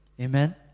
Amen